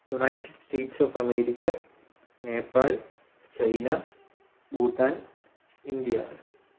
United States of America Nepal China Bhutan India